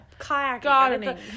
kayaking